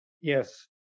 Yes